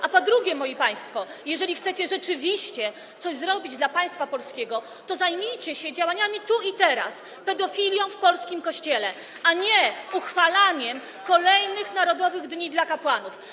A po drugie, moi państwo, jeżeli chcecie rzeczywiście coś zrobić dla państwa polskiego, to zajmijcie się działaniami tu i teraz, pedofilią w polskim Kościele, a nie uchwalaniem kolejnych narodowych dni dla kapłanów.